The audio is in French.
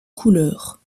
couleur